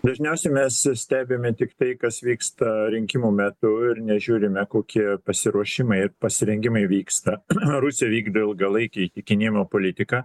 dažniausiai mes stebime tik tai kas vyksta rinkimų metu ir nežiūrime kokie pasiruošimai pasirengimai vyksta rusija vykdo ilgalaikę įtikinėjimo politiką